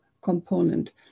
component